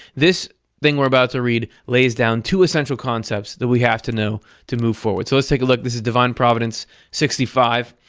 this thing we're about to read lays down two essential concepts that we have to know to move forward. so let's take a look. this is divine providence sixty five.